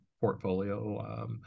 portfolio